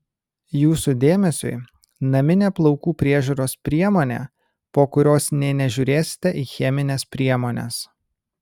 jūsų dėmesiui naminė plaukų priežiūros priemonė po kurios nė nežiūrėsite į chemines priemones